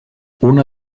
una